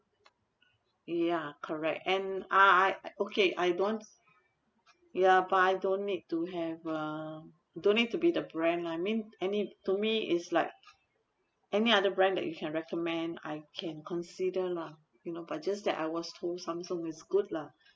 ya correct and I I okay I don't ya but I don't need to have um don't need to be the brand lah I mean any to me is like any other brand that you can recommend I can consider lah you know but just that I was told samsung is good lah